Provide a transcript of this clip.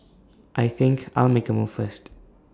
I think I'll make A move first